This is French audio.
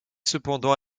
cependant